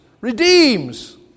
redeems